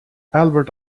albert